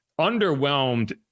underwhelmed